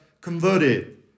converted